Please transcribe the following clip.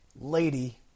lady